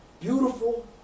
beautiful